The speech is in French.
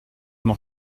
m’en